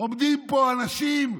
עומדים פה אנשים,